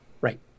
right